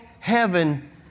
Heaven